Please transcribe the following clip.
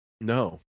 No